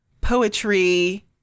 poetry